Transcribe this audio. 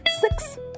six